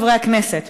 חברי הכנסת,